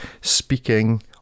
speaking